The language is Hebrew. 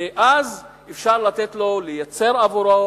ואז אפשר לייצר עבורו